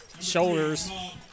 shoulders